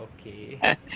Okay